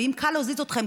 וקל להזיז אתכם,